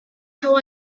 how